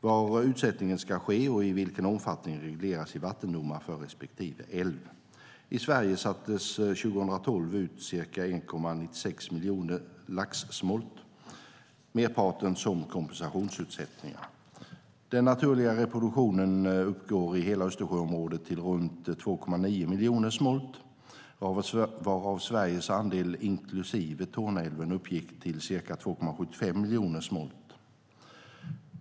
Var utsättningen ska ske och i vilken omfattning regleras i vattendomar för respektive älv. I Sverige sattes 2012 ut ca 1,96 miljoner laxsmolt, merparten som kompensationsutsättningar. Den naturliga reproduktionen uppgår i hela Östersjöområdet till runt 2,9 miljoner smolt, varav Sveriges andel inklusive Torneälven uppgick till ca 2,75 miljoner smolt.